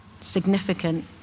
significant